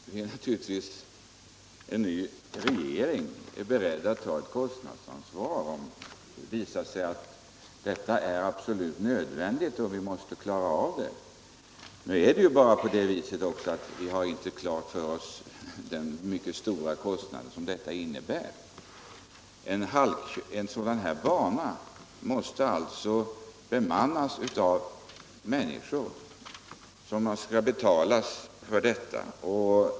Herr talman! Naturligtvis är en ny regering beredd att ta kostnadsansvar om det visar sig att en viss åtgärd är absolut nödvändig och att vi måste klara av ett problem. Men vi har kanske inte alla klart för oss vilka stora kostnader en sådan här lagstiftning skulle medföra. En dylik halkbana måste bemannas, och människor skall betalas för detta.